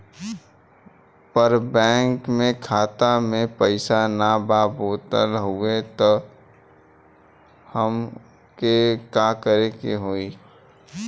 पर बैंक मे खाता मे पयीसा ना बा बोलत हउँव तब हमके का करे के होहीं?